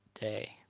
day